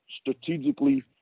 strategically